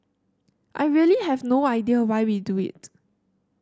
I really have no idea why we do it